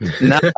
no